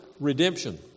Redemption